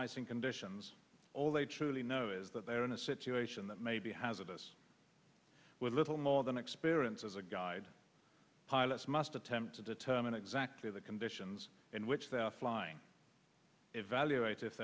icing conditions all they truly know is that they are in a situation that may be hazardous with little more than experience as a guide pilots must attempt to determine exactly the conditions in which they are flying evaluate